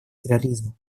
терроризмом